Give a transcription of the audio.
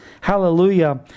Hallelujah